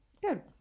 Good